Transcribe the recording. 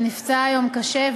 שנפצע היום קשה,